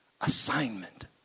assignment